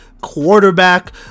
quarterback